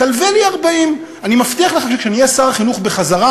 תלווה לי 40. אני מבטיח לך שכשאני אהיה שר החינוך בחזרה,